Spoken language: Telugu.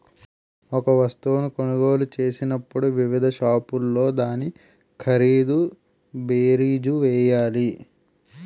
ఒక వస్తువును కొనుగోలు చేసినప్పుడు వివిధ షాపుల్లో దాని ఖరీదు బేరీజు వేయాలి